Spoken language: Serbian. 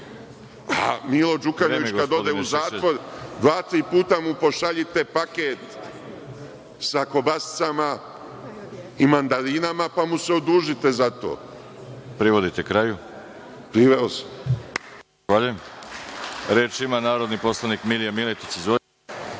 Milo Đukanović kada ode u zatvor, dva, tri puta mu pošaljite paket sa kobasicama i mandarinama pa mu se odužite za to. **Veroljub Arsić** Zahvaljujem. Reč ima narodni poslanik Milija Miletić.